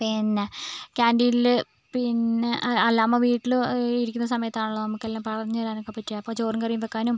പിന്നെ കാൻറീനില് പിന്നെ അല്ല അമ്മ വീട്ടില് ഇരിക്കുന്ന സമയത്താണല്ലോ നമുക്കെല്ലാം പറഞ്ഞു തരാനൊക്കെ പറ്റുക അപ്പം ചോറും കറിയും വെക്കാനും